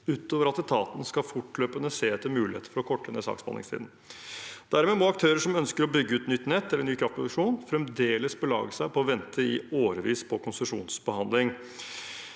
utover at etaten fortløpende skal se etter muligheter for å korte ned saksbehandlingstiden. Dermed må aktører som ønsker å bygge ut nytt nett eller ny kraftproduksjon, fremdeles belage seg på å vente i årevis på konsesjonsbehandling.